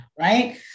Right